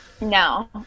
No